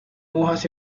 hojas